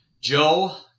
Joe